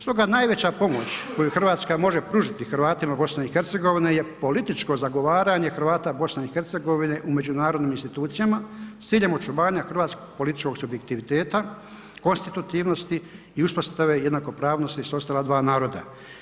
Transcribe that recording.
Stoga najveća pomoć koju Hrvatska može pružiti Hrvatima BiH je političko zagovaranje Hrvata BiH u međunarodnim institucijama s ciljem očuvanja hrvatskog političkog subjektiviteta, konstitutivnosti i uspostave jednakopravnosti s ostala dva naroda.